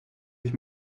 sich